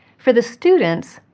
for the students,